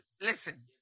Listen